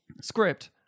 script